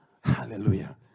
Hallelujah